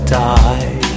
die